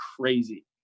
crazy